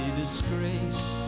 disgrace